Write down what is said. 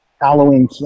Halloween